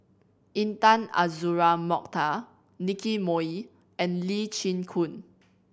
Intan Azura Mokhtar Nicky Moey and Lee Chin Koon